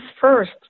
first